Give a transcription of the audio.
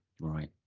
right